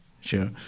Sure